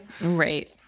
Right